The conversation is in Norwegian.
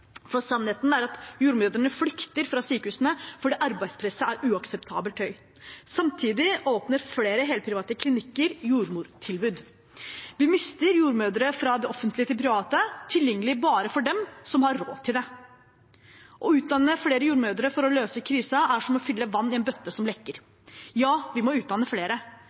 jordmødrene flykter fra sykehusene fordi arbeidspresset er uakseptabelt høyt. Samtidig åpner flere helprivate klinikker jordmortilbud. Vi mister jordmødre fra det offentlige til det private, tilgjengelig bare for dem som har råd til det. Å utdanne flere jordmødre for å løse krisen er som å fylle vann i en bøtte som lekker. Ja, vi må utdanne flere,